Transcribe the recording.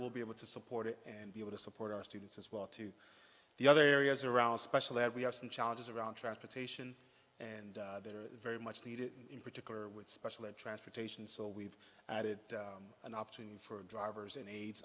be able to support it and be able to support our students as well to the other areas around special ed we have some challenges around transportation and they're very much needed in particular with special ed transportation so we've added an opportunity for drivers and aid